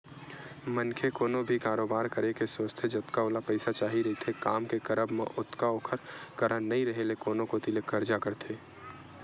मनखे कोनो भी कारोबार करे के सोचथे जतका ओला पइसा चाही रहिथे काम के करब म ओतका ओखर करा नइ रेहे ले कोनो कोती ले करजा करथे